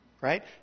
Right